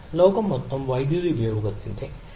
ലോകത്തെ മൊത്തം വൈദ്യുതി ഉപയോഗത്തിന്റെ 0